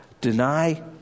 deny